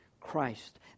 Christ